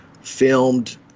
filmed